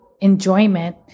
enjoyment